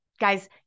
Guys